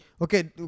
Okay